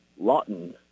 Lawton